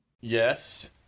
Yes